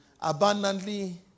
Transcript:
abundantly